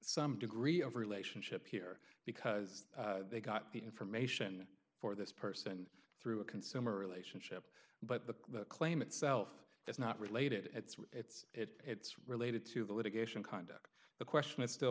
some degree of relationship here because they got the information for this person through a consumer relationship but the claim itself is not related it's what it's it's related to the litigation conduct the question is still